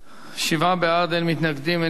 שבעה בעד, אין מתנגדים, אין נמנעים.